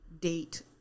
date